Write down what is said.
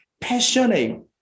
passionate